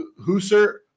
Husser